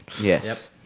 Yes